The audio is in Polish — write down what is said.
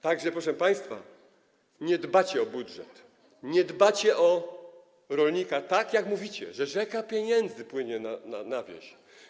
Tak że, proszę państwa, nie dbacie o budżet, nie dbacie o rolnika tak, jak mówicie, że rzeka pieniędzy płynie na wieś.